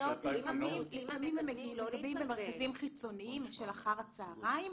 --- לפעמים הם מקבלים במרכזים חיצוניים של אחר הצהרים.